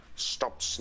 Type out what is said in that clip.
Stop